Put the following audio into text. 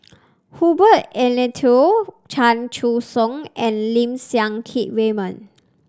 Herbert Eleuterio Chan Choy Siong and Lim Siang Keat Raymond